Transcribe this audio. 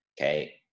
Okay